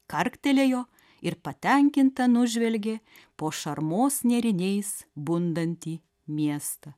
karktelėjo ir patenkinta nužvelgė po šarmos nėriniais bundantį miestą